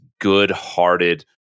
good-hearted